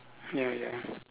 ya ya